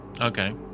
Okay